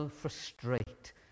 frustrate